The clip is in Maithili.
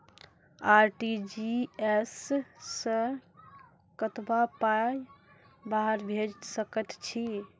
आर.टी.जी.एस सअ कतबा पाय बाहर भेज सकैत छी?